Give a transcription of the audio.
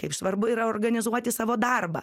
kaip svarbu yra organizuoti savo darbą